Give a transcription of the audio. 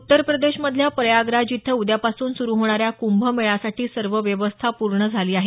उत्तर प्रदेशमधल्या प्रयागराज इथं उद्यापासून सुरु होणाऱ्या कुंभमेळ्यासाठी सर्व व्यवस्था पूर्ण झाली आहे